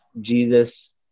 Jesus